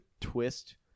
twist